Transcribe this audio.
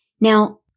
Now